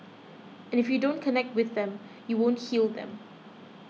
and if you don't connect with them you won't heal them